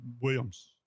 Williams